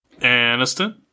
Aniston